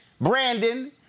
Brandon